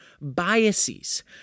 biases